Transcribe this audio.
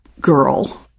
girl